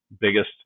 biggest